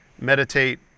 meditate